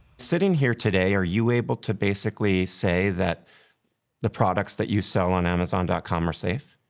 sitting here today, are you able to basically say that the products that you sell on amazon dot com are safe?